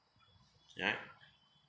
yeah